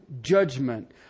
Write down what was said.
judgment